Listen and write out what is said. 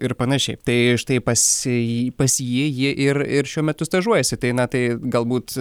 ir panašiai tai štai pas jį pas jį ji ir ir šiuo metu stažuojasi tai na tai galbūt